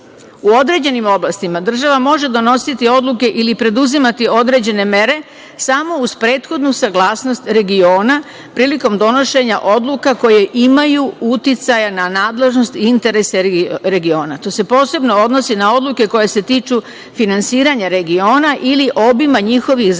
određenim oblastima država može donositi odluke ili preduzimati određene mere samo uz prethodnu saglasnost regiona prilikom donošenja odluka koje imaju uticaja na nadležnost i interese regiona. To se posebno odnosi na odluke koje se tiču finansiranja regiona ili obima njihovih zakonodavnih